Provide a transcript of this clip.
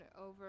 over